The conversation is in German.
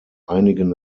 einigen